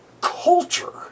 culture